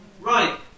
Right